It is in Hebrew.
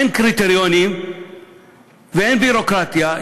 אין קריטריונים ואין ביורוקרטיה,